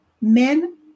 men